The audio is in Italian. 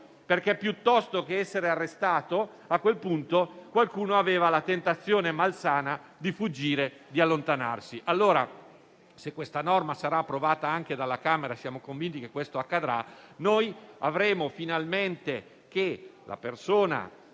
perché, piuttosto che essere arrestato, a quel punto qualcuno aveva la tentazione malsana di fuggire, di allontanarsi. Se questa norma sarà approvata anche dalla Camera - e siamo convinti che ciò accadrà - finalmente la persona